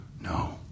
No